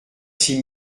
six